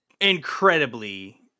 incredibly